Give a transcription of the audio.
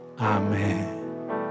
Amen